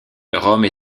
rome